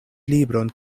libron